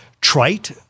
trite